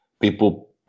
people